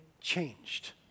changed